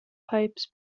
pipes